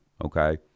Okay